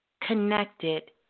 connected